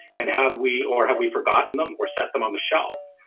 and have we or have we forgotten them or set them on the shelf?